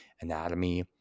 anatomy